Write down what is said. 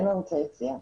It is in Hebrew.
אין ערוצי יציאה.